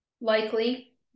likely